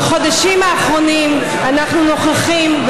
בחודשים האחרונים אנחנו נוכחים,